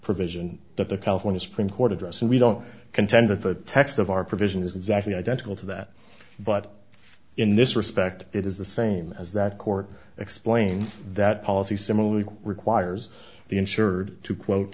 provision that the california supreme court address and we don't contend that the text of our provision is exactly identical to that but in this respect it is the same as that court explained that policy similarly requires the insured to quote